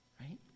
Right